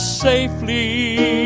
safely